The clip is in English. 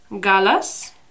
Galas